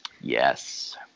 Yes